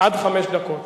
עד חמש דקות